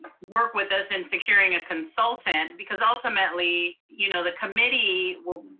work with us in securing a consultant. because ultimately, you know the committee will